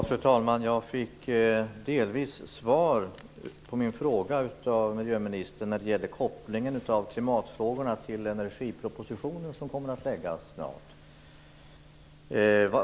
Fru talman! Jag fick delvis svar av miljöministern på min fråga som gällde kopplingen av klimatfrågorna till energipropositionen som snart kommer att läggas fram.